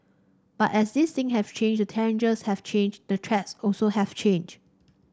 but as these thing have changed the challenges have changed the threats also have changed